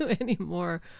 anymore